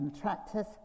Tractors